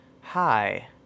Hi